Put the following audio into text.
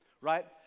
right